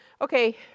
Okay